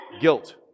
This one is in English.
guilt